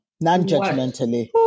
non-judgmentally